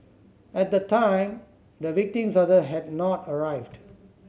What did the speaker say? at the time the victim's father had not arrived